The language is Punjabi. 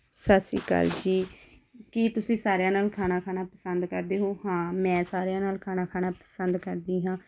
ਸਤਿ ਸ਼੍ਰੀ ਅਕਾਲ ਜੀ ਕੀ ਤੁਸੀਂ ਸਾਰਿਆਂ ਨਾਲ ਖਾਣਾ ਖਾਣਾ ਪਸੰਦ ਕਰਦੇ ਹੋ ਹਾਂ ਮੈਂ ਸਾਰਿਆਂ ਨਾਲ ਖਾਣਾ ਖਾਣਾ ਪਸੰਦ ਕਰਦੀ ਹਾਂ